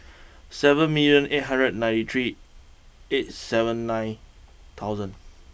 seven million eight hundred and ninety three eight seven nine thousand